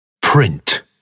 Print